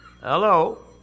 Hello